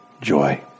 joy